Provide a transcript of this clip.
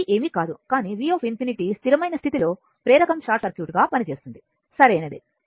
ఈ v ఏమీ కాదు కానీ v∞ స్థిరమైన స్థితిలో ప్రేరకం షార్ట్ సర్క్యూట్ గా పనిచేస్తుంది సరైనది